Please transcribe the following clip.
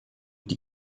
die